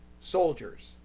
soldiers